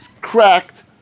cracked